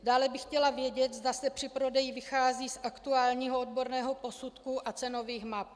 Dále bych chtěla vědět, zda se při prodeji vychází z aktuálního odborného posudku a cenových map.